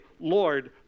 Lord